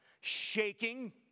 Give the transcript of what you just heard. Shaking